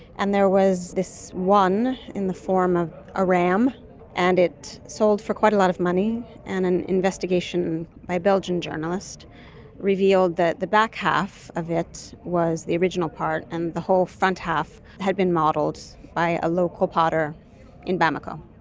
and there was this one in the form of a ram and it sold for quite a lot of money, and an investigation by a belgian journalist revealed that the back half of it was the original part and the whole front half had been modelled by a local potter in bamako.